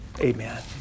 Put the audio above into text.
Amen